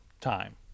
time